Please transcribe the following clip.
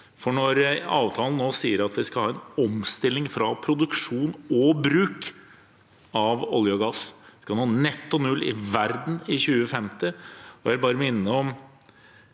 Når avtalen nå sier at vi skal ha en omstilling fra produksjon og bruk av olje og gass – vi skal nå netto null i verden i 2050 – vil jeg bare minne om